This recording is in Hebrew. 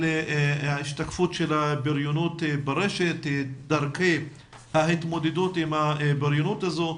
השתקפות הבריונות ברשת ודרכי ההתמודדות עם העבריינות הזו.